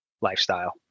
lifestyle